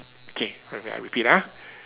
okay I repeat I repeat ah